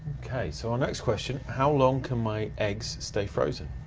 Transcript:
okay, so our next question, how long can my eggs stay frozen?